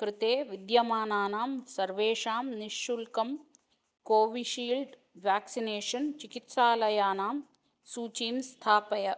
कृते विद्यमानानां सर्वेषां निःशुल्कं कोविशील्ड् व्याक्सिनेषन् चिकित्सालयानां सूचिं स्थापय